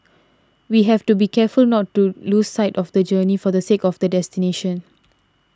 we have to be careful not to lose sight of the journey for the sake of the destination